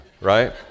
right